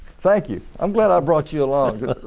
thank you. i'm glad i brought you along.